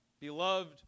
Beloved